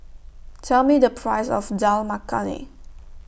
Tell Me The Price of Dal Makhani